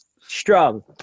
strong